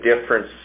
difference